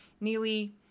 Neely